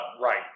Right